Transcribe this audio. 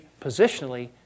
positionally